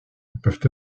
peuvent